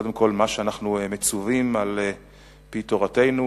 קודם כול מה שאנחנו מצווים על-פי תורתנו,